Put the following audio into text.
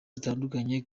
zitandukanye